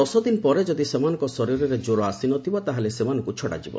ଦଶଦିନ ପରେ ଯଦି ସେମାନଙ୍କ ଶରୀରରେ ଜ୍ୱର ଆସିନଥିବ ତା'ହେଲେ ସେମାନଙ୍କୁ ଛଡ଼ାଯିବ